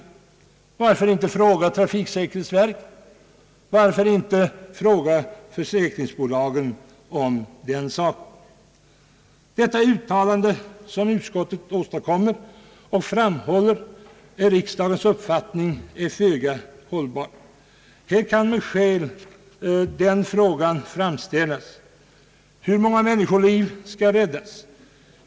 Varför inte fråga trafiksäkerhetsverket och försäkringsbolagen om den saken? Vad utskottet uttalat och framhållit som riksdagens uppfattning är föga hållbart. Här kan med skäl den frågan ställas: Hur många människoliv skall räddas?